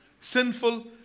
sinful